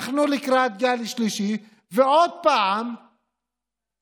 אנחנו לקראת גל שלישי ועוד פעם הפרויקטור